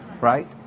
right